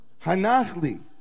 Hanachli